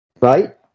right